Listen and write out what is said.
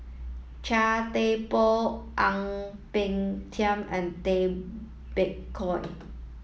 Chia Thye Poh Ang Peng Tiam and Tay Bak Koi